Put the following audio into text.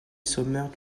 sommaire